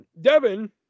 Devin